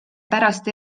pärast